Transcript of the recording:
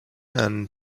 and